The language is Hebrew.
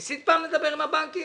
ניסית פעם לדבר עם הבנקים?